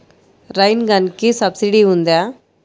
Rain గన్కి subsidy ఉందా?